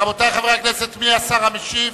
רבותי חברי הכנסת, מי השר המשיב?